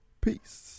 Peace